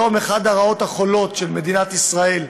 היום אחת הרעות החולות של מדינת ישראל,